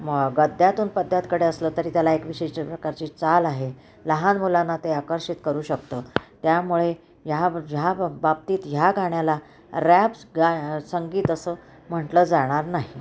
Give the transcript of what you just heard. म गद्यातून पद्यातकडे असलं तरी त्याला एक विशिष्ट प्रकारची चाल आहे लहान मुलांना ते आकर्षित करू शकतं त्यामुळे ह्या ह्या बाबतीत ह्या गाण्याला रॅप्स गाय संगीत असं म्हटलं जाणार नाही